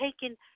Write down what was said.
taken